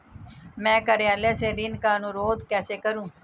मैं कार्यालय से ऋण का अनुरोध कैसे करूँ?